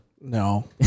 No